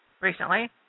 recently